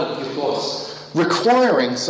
requiring